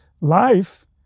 life